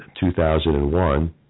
2001